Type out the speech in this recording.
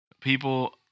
People